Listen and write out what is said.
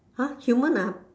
!huh! human are